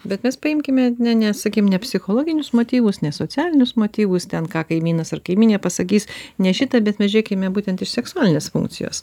bet nes paimkime ne ne sakykim ne psichologinius motyvus ne socialinius motyvus ten ką kaimynas ar kaimynė pasakys ne šitą bet mes žiūrėkime būtent į seksualines funkcijas